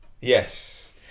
yes